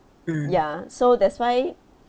ya so that's why